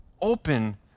open